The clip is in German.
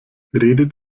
redet